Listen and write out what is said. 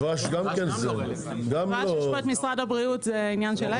דבש יש פה משרד הבריאות, זה עניין שלהם.